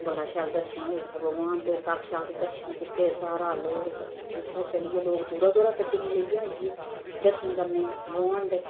बड़ा शैल दर्शन होए उत्थै भगवान दे साक्षात दर्शन कीते सारा लोक उत्थै चली गे लोक दूरा दूरा गड्डियां लेइयै आई गे दर्शन करने गी भगवान दे